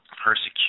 persecution